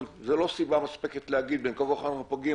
אבל זו לא סיבה מספקת להגיד בין כה וכה אנחנו פוגעים,